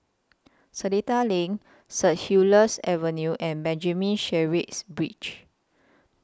Seletar LINK Saint Helier's Avenue and Benjamin Sheares Bridge